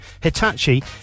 Hitachi